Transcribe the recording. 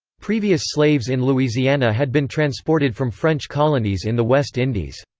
previous slaves in louisiana had been transported from french colonies in the west indies.